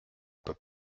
peux